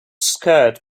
scared